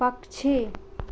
पक्षी